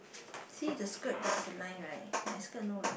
see the skirt there's a line right my skirt no line